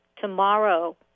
tomorrow